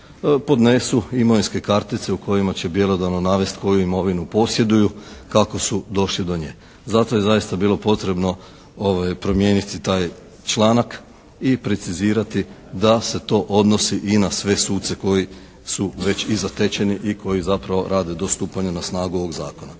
podnesu imovinske kartice u kojima će mjerodavno navest koju imovinu posjeduju, kako su došli do nje. Zato je zaista bilo potrebno promijeniti taj članak i precizirati da se to odnosi i na sve suce koji su već i zatečeni i koji zapravo rade do stupanja na snagu ovog zakona.